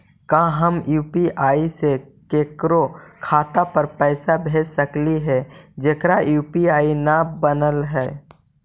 का हम यु.पी.आई से केकरो खाता पर पैसा भेज सकली हे जेकर यु.पी.आई न बनल है?